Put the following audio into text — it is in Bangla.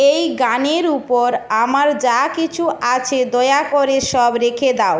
এই গানের উপর আমার যা কিছু আছে দয়া করে সব রেখে দাও